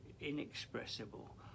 inexpressible